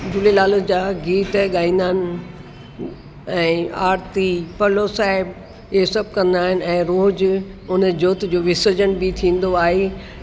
झूलेलाल जा गीत ॻाइंदा आहिनि ऐं आरती पलव साहिब इहे सभु कंदा आहिनि ऐं रोज उन जोत जो विसर्जन बि थींदो आहे